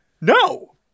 No